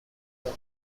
well